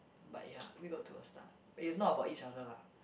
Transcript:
but ya we got to a start but it's not about each other lah